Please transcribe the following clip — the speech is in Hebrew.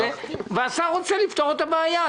השר רוצה לפתור את הבעיה.